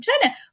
China